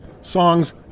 Songs